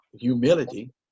humility